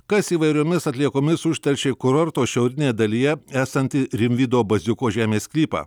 kas įvairiomis atliekomis užteršė kurorto šiaurinėje dalyje esantį rimvydo baziuko žemės sklypą